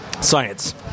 science